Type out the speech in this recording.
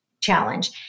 challenge